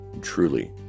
Truly